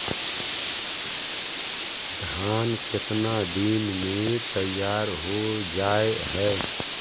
धान केतना दिन में तैयार हो जाय है?